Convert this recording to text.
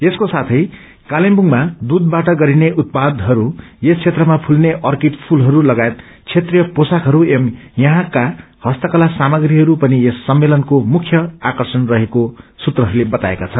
यसको साथै कालेबुङमा दुधबाट गरिने उत्पादहरू यस क्षेत्रमा फुल्ने अर्फिंड फूलहरू लगायत क्षेत्रिय पोशकहरू एवम् यहाँको हस्तकला सामग्रीहरू पनि यस सम्मेलनको मुख्य आर्कषण रहेको सूत्रहरूले बताएका छन्